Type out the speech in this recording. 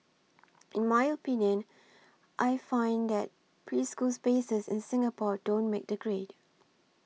in my opinion I find that preschool spaces in Singapore don't make the grade